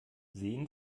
sehen